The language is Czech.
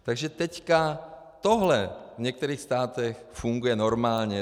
Takže teď tohle v některých státech funguje normálně.